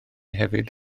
hefyd